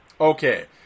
Okay